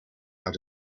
out